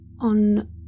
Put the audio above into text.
On